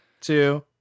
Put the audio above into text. two